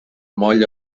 moll